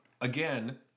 again